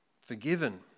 forgiven